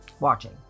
watching